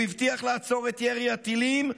הוא הבטיח לעצור את ירי הטילים,